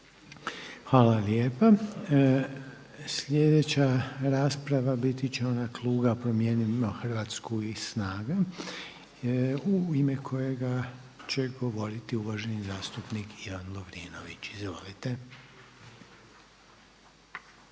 Hvala lijepa. Sljedeća rasprava biti će ona kluba „Promijenimo Hrvatsku“ i „Snaga“ u ime kojega će govoriti uvaženi zastupnik Ivan Lovrinović. Izvolite.